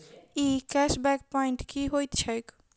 ई cash back point की होइत छैक?